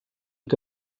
que